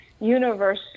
universe